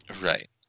right